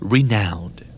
Renowned